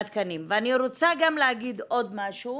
ואני רוצה גם להגיד עוד משהו,